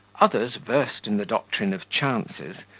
others versed in the doctrine of chances,